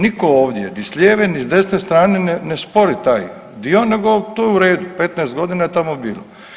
Nitko ovdje ni s lijeve, ni s desne strane ne spori taj dio nego to je u redu, 15 godina je tamo bilo.